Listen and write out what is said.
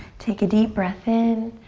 take a deep breath in.